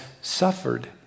suffered